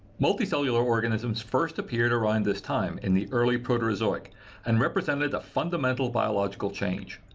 multicellular organisms first appeared around this time in the early proterozoic and represented a fundamental biological change.